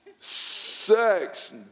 sex